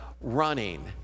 running